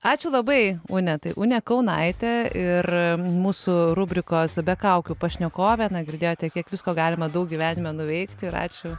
ačiū labai une tai unė kaunaitė ir mūsų rubrikos be kaukių pašnekovė girdėjote kiek visko galima daug gyvenime nuveikti ir ačiū